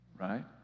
right